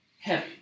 heavy